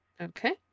Okay